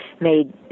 made